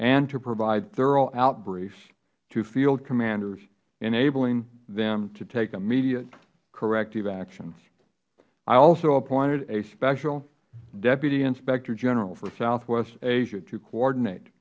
and to provide thorough outbriefs to field commanders enabling them to take immediate corrective actions i also appointed a special deputy inspector general for southwest asia to coordinate